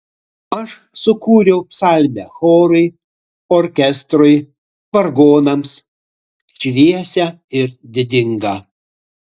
aš sukūriau psalmę chorui orkestrui vargonams šviesią ir didingą